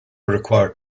required